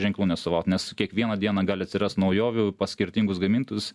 ženklų neatstovaut nes kiekvieną dieną gali atsirast naujovių pas skirtingus gamintojus